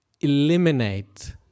eliminate